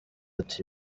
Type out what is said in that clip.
ati